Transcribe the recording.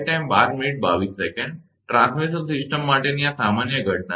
transmission system માટેની આ સામાન્ય ઘટના છે